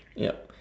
yup